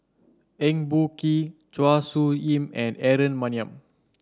Eng Boh Kee Chua Soo Khim and Aaron Maniam